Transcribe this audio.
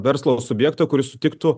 verslo subjekto kuris sutiktų